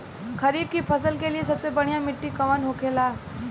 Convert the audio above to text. खरीफ की फसल के लिए सबसे बढ़ियां मिट्टी कवन होखेला?